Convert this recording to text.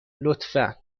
لطفا